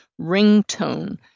ringtone